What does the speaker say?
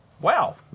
Wow